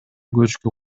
көчкү